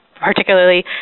particularly